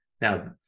Now